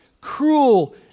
cruel